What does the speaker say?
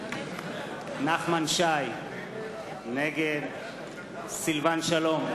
נגד נחמן שי, נגד סילבן שלום,